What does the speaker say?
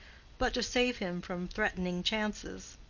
but to save him from threatening chances.